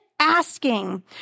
asking